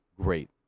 great